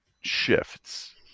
shifts